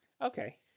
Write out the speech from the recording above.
Okay